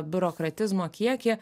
biurokratizmo kiekį